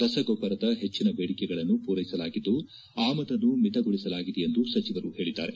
ರಸಗೊಬ್ಬರದ ಹೆಚ್ಚನ ಬೇಡಿಕೆಗಳನ್ನು ಪೂರೈಸಲಾಗಿದ್ದು ಆಮದನ್ನು ಮಿತಗೊಳಿಸಲಾಗಿದೆ ಎಂದು ಸಚವರು ಹೇಳಿದ್ದಾರೆ